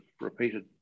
repeated